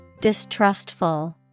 Distrustful